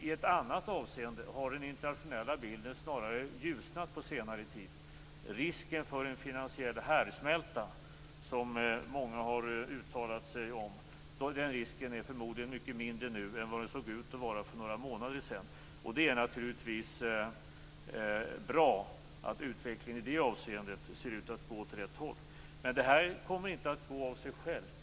I ett annat avseende har den internationella bilden snarare ljusnat på senare tid. Risken för en finansiell härdsmälta, som många har uttalat sig om, är förmodligen mycket mindre nu än vad den såg ut att vara för några månader sedan. Det är naturligtvis bra att utvecklingen i det avseendet ser ut att gå åt rätt håll. Men det kommer inte att gå av sig själv.